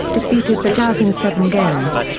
defeated the jazz in seven games.